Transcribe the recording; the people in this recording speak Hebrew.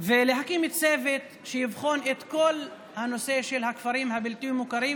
והקמת צוות שיבחן את כל הנושא של הכפרים הלא-מוכרים,